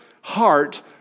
heart